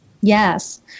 Yes